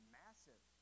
massive